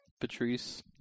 Patrice